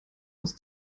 aus